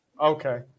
Okay